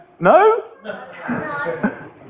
No